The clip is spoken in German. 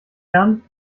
herren